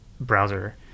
browser